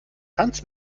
tanz